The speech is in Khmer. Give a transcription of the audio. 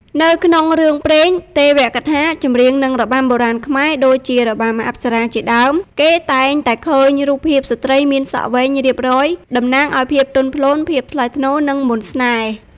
នៅក្នុងរឿងព្រេង ទេវកថា ចម្រៀង និងរបាំបុរាណខ្មែរ ដូចជា របាំអប្សរា ជាដើម គេតែងតែឃើញរូបភាពស្ត្រីមានសក់វែងរៀបរយ តំណាងឱ្យ ភាពទន់ភ្លន់ ភាពថ្លៃថ្នូរ និងមន្តស្នេហ៍។